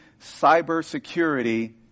cybersecurity